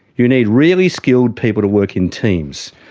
you need really skilled people to work in teams,